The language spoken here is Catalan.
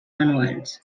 manuals